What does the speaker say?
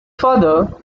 father